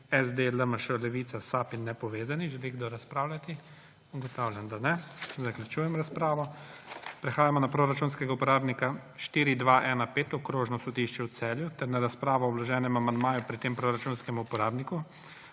SD, LMŠ, Levica, SAB in nepovezanih. Želi kdo razpravljati? Ugotavljam, da ne. Zaključujem razpravo. Prehajamo na proračunskega uporabnika 4215 Okrožno sodišče v Celju ter na razpravo o vloženem amandmaju pri tem proračunskem uporabniku.